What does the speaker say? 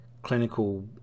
clinical